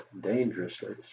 dangerously